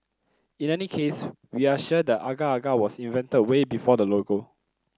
in any case we are sure the agar agar was invented way before the logo